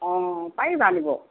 অঁ পাৰিবা নিব